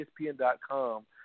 ESPN.com